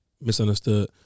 misunderstood